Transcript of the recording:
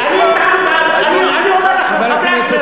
אני אומר לכם,